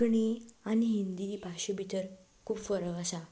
कोंकणी आनी हिंदी भाशे भितर खूब फरक आसा